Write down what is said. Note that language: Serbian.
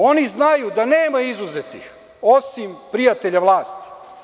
Oni znaju da nema izuzetih osim prijatelja vlasti.